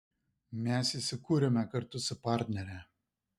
mes jį sukūrėme kartu su partnere